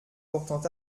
portant